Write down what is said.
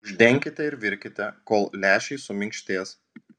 uždenkite ir virkite kol lęšiai suminkštės